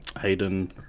Hayden